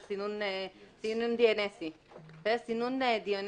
על סינון DNS. סינון DNS